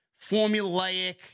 formulaic